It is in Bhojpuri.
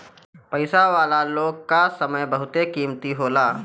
पईसा वाला लोग कअ समय बहुते कीमती होला